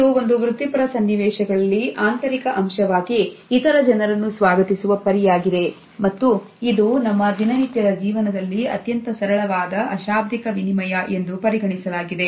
ಇದು ಒಂದು ವೃತ್ತಿಪರ ಸನ್ನಿವೇಶಗಳಲ್ಲಿ ಆಂತರಿಕ ಅಂಶವಾಗಿ ಇತರ ಜನರನ್ನು ಸ್ವಾಗತಿಸುವ ಪರಿ ಆಗಿದೆ ಮತ್ತು ಇದು ನಮ್ಮ ದಿನನಿತ್ಯದ ಜೀವನದಲ್ಲಿ ಅತ್ಯಂತ ಸರಳವಾದ ಅಶಾಬ್ದಿಕ ವಿನಿಮಯ ಎಂದು ಪರಿಗಣಿಸಲಾಗಿದೆ